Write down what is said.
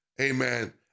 amen